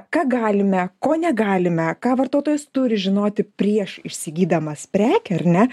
ką galime ko negalime ką vartotojas turi žinoti prieš įsigydamas prekę ar ne